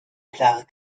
klare